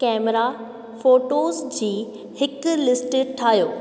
camera photos जी हिकु list ठाहियो